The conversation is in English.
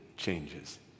changes